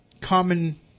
common